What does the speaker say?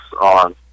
on